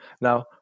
Now